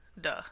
Duh